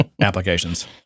applications